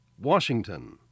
Washington